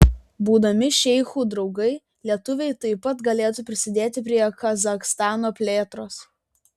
būdami šeichų draugai lietuviai taip pat galėtų prisidėti prie kazachstano plėtros